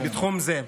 בתחום זה.